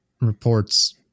reports